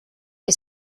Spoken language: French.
est